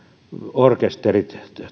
orkesterit